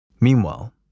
Meanwhile